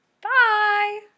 Bye